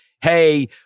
Hey